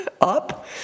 up